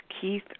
Keith